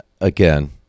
again